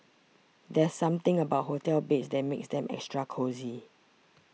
there's something about hotel beds that makes them extra cosy